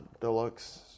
deluxe